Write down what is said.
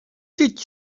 did